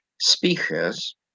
speakers